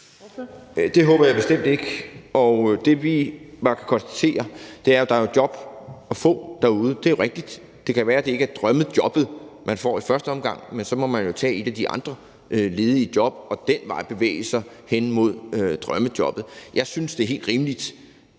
Det håber jeg bestemt ikke. Og det, vi bare kan konstatere, er, at der er job at få derude. Det er rigtigt, at det kan være, at det ikke er drømmejobbet, man får i første omgang, men så må man jo tage et af de andre ledige job og ad den vej bevæge sig hen mod drømmejobbet. Jeg synes, det er helt rimeligt,